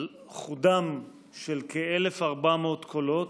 על חודם של כ-1,400 קולות,